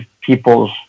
people's